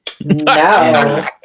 No